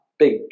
Big